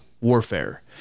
warfare